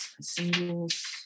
Singles